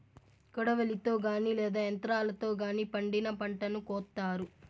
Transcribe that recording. కొడవలితో గానీ లేదా యంత్రాలతో గానీ పండిన పంటను కోత్తారు